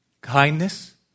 kindness